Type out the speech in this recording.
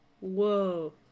Whoa